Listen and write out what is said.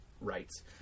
rights